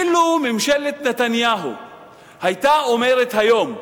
אילו ממשלת נתניהו היתה אומרת היום: